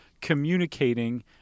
communicating